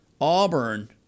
Auburn